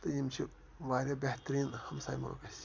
تہٕ یِم چھِ واریاہ بہتریٖن ہمساے مُلُک اَسہِ